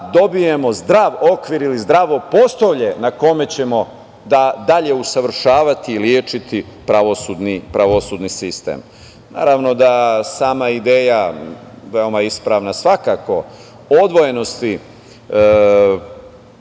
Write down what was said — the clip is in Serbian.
dobijemo zdrav okvir ili zdravo postolje na kome ćemo dalje usavršavati i lečiti pravosudni sistem. Naravno da sama ideja, veoma ispravna, svakako, odvojenosti